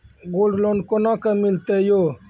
Gold loan कोना के मिलते यो?